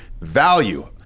value